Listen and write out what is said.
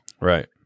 Right